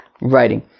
writing